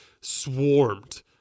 swarmed